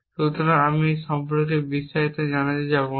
সুতরাং আমি এই সম্পর্কে বিস্তারিত জানাতে যাব না